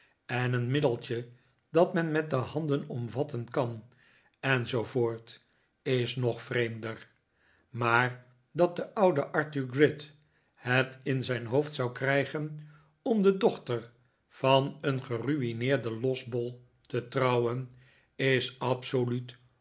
en een middeltje dat men met de handen omvatten kan en zoo voort is nog vreemder maar dat de oude arthur gride het in zijn hoofd zou krijgen om de dochter van een gerui'neerden losbol te trouwen is absoluut